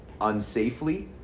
unsafely